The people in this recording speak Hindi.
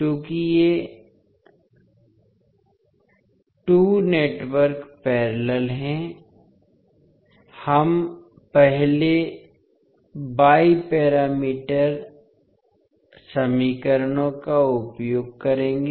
चूंकि ये 2 नेटवर्क पैरेलल हैं हम पहले y पैरामीटर समीकरणों का उपयोग करेंगे